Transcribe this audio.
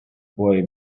boy